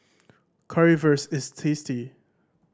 currywurst is tasty